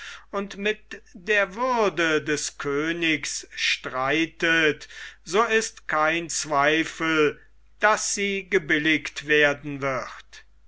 und mit der würde des königs streitet so ist kein zweifel daß sie gebilligt werden wird